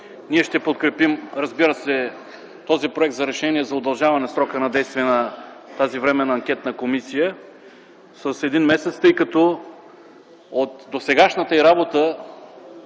ние ще подкрепим този проект за решение за удължаване срока на действие на тази временна анкетна комисия с един месец, тъй като от досегашната й работа